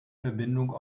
verbindung